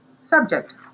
Subject